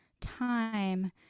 time